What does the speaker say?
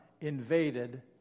invaded